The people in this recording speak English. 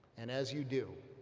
and as you do,